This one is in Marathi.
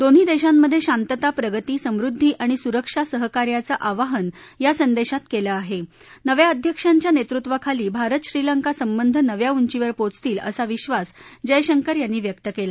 दोन्ही दधीमधशिंतता प्रगती समुद्दी आणि सुरक्षा सहकार्याचं आवाहन या संदधीत कले आहजिव्या अध्यक्षांच्या नसुम्वाखाली भारत श्रीलंका संबंध नव्या उंचीवर पोचतील असा विधास जयशंकर यांनी व्यक्त कल्ला